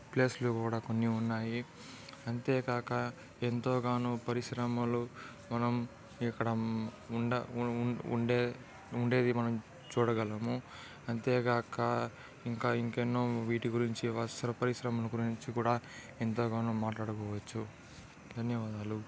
ప్లేసులు కూడా కొన్ని ఉన్నాయి అంతేకాక ఎంతోగానో పరిశ్రమలు మనం ఇక్కడ ఉండ ఉండే ఉండేవి మనం చూడగలము అంతేకాక ఇంకా ఇంకెన్నో వీటి గురించి వస్త్ర పరిశ్రమల గురించి కూడా ఎంతగానో మాట్లాడుకోవచ్చు ధన్యవాదాలు